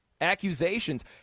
accusations